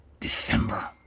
December